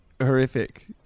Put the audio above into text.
horrific